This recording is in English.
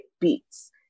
beats